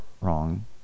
wrong